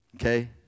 okay